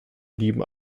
blieben